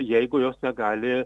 jeigu jos negali